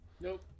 nope